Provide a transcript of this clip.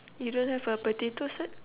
you don't have a potato sack